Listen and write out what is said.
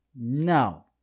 No